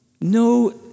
no